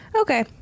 Okay